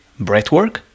Breathwork